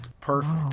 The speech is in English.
Perfect